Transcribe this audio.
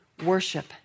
worship